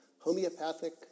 Homeopathic